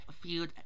Field